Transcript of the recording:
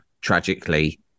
tragically